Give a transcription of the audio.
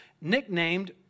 nicknamed